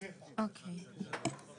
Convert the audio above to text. במקום